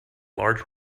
large